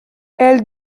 elle